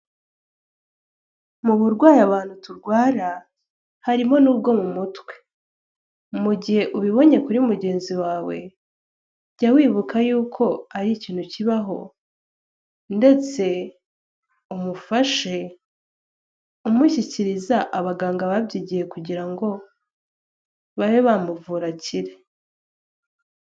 Mu burwayi abantu turwara harimo n'ubwo mu mutwe, mu gihe ubibonye kuri mugenzi wawe, jya wibuka yuko ari ikintu kibaho, ndetse umufashe umushyikiriza abaganga babyigiye, kugira ngo babe bamuvura akire.